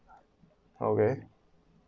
okay